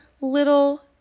little